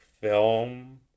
film